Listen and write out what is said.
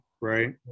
right